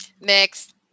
Next